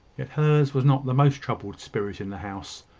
yet hers was not the most troubled spirit in the house.